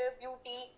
beauty